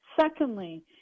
Secondly